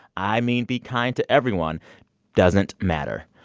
i mean be kind to everyone doesn't matter.